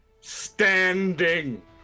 standing